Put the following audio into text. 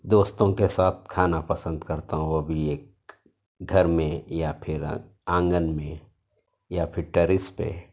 دوستوں کے ساتھ کھانا پسند کرتا ہوں وہ بھی ایک گھر میں یا پھر آگ آنگن میں یا پھر ٹیرس پہ